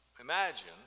imagine